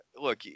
look